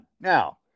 now